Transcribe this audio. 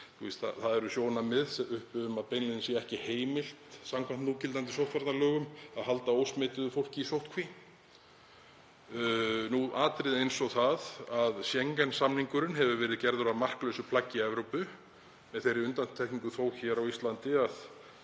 það eru sjónarmið uppi um að beinlínis sé ekki heimilt samkvæmt núgildandi sóttvarnalögum að halda ósmituðu fólki í sóttkví. Svo eru atriði eins og það að Schengen-samningurinn hefur verið gerður að marklausu plaggi í Evrópu, með þeirri undantekningu þó á Íslandi að